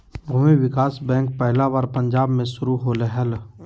भूमि विकास बैंक पहला बार पंजाब मे शुरू होलय हल